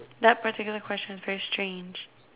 that particular question very strange